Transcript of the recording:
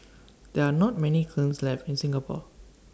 there are not many kilns left in Singapore